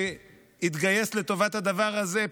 שהתגייס לטובת הדבר הזה,